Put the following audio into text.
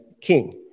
king